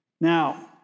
Now